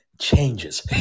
Changes